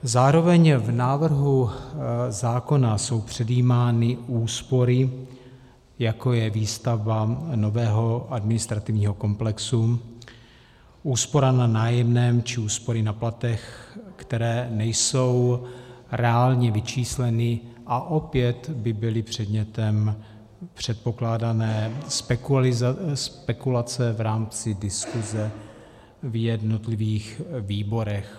Zároveň v návrhu zákona jsou předjímány úspory, jako je výstavba nového administrativního komplexu, úspora na nájemném či úspory na platech, které nejsou reálně vyčísleny a opět by byly předmětem předpokládané spekulace v rámci diskuze v jednotlivých výborech.